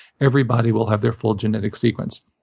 everybody will have their full genetic sequence.